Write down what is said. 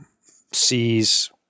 sees